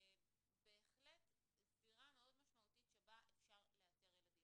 בהחלט זירה מאוד משמעותית שלבה אפשר לאתר ילדים,